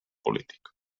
polític